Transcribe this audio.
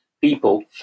people